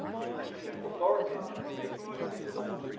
competing authorities, in this case. the tory court,